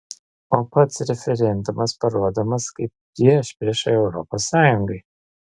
o pats referendumas parodomas kaip priešprieša europos sąjungai